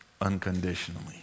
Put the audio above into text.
unconditionally